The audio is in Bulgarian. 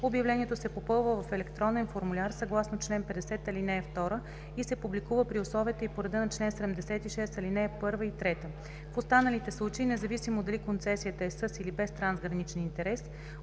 обявлението се попълва в електронен формуляр съгласно чл. 50, ал. 2 и се публикува при условията и по реда на чл. 76, ал. 1 и 3. В останалите случаи, независимо дали концесията е със или без трансграничен интерес,